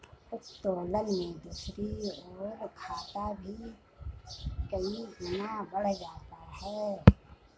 उत्तोलन में दूसरी ओर, घाटा भी कई गुना बढ़ जाता है